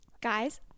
Guys